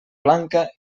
blanca